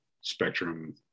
spectrum